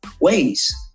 ways